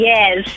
Yes